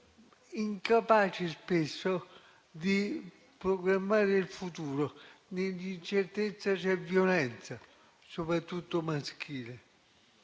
incapaci di programmare il futuro. Nell'incertezza c'è violenza, soprattutto maschile.